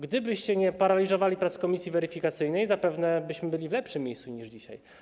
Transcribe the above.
Gdybyście nie paraliżowali prac komisji weryfikacyjnej, zapewne byśmy byli w lepszym miejscu niż dzisiaj.